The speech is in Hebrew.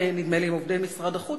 ונדמה לי שגם עם עובדי משרד החוץ.